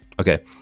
Okay